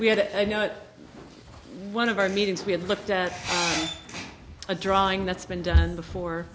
we had to i know one of our meetings we have looked at a drawing that's been done before